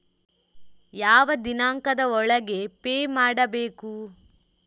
ಯಾವ ದಿನಾಂಕದ ಒಳಗೆ ಪೇ ಮಾಡಬೇಕು?